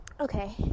Okay